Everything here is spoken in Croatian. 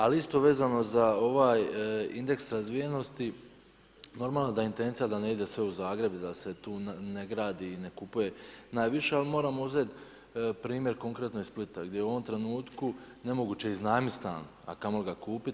Ali isto vezano za ovaj indeks razvijenosti, normalno da je intencija da ne ide sve u Zagreb i da se tu ne gradi i ne kupuje najviše ali moramo uzeti primjer konkretno iz Splita gdje je u ovom trenutku nemoguće iznajmiti stan a kamoli ga kupiti.